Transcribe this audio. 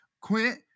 quit